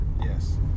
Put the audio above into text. Yes